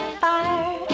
fire